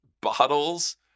bottles